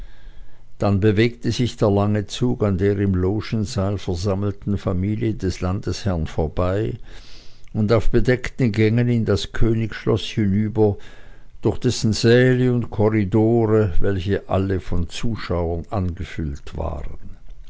dann bewegte sich der lange zug an der im logensaal versammelten familie des landesherren vorbei und auf bedeckten gängen in das königsschloß hinüber durch dessen säle und korridore welche alle von zuschauern angefüllt waren